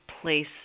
place